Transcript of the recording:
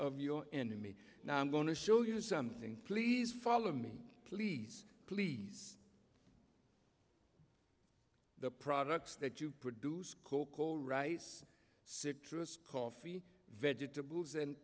of your enemy now i'm going to show you something please follow me please please the products that you produce cocoa rice six coffee vegetables and